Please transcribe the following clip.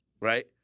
Right